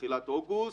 בתחילת אוגוסט,